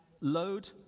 load